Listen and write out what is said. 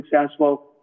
successful